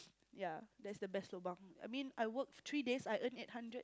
yeah that's the best lobang I mean I work three days I earn eight hundred